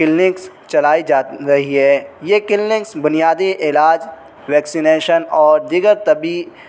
clinics چلائی جا رہی ہے یہ کلینکس بنیادی علاج ویکسینیشن اور دیگر طبعی